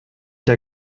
der